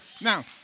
Now